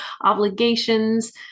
obligations